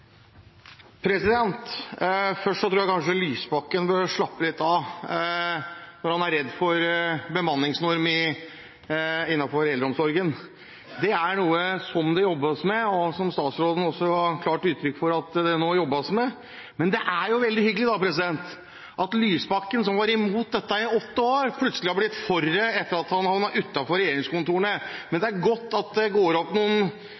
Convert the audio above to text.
Arbeiderpartiet. Først: Jeg tror representanten Lysbakken bør slappe litt av når han er redd for bemanningsnorm innenfor eldreomsorgen. Det er noe som det nå jobbes med, som statsråden også ga klart uttrykk for. Men det er veldig hyggelig at Lysbakken, som var imot dette i åtte år, plutselig har blitt for det etter at han havnet utenfor regjeringskontorene. Det er godt at det går opp noen